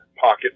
pocket